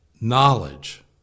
knowledge